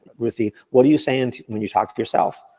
ruthie, what are you saying, when you talk to yourself?